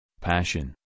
passion